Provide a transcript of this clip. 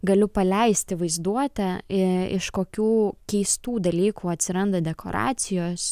galiu paleisti vaizduotę i iš kokių keistų dalykų atsiranda dekoracijos